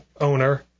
owner